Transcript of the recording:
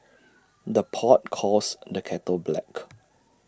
the pot calls the kettle black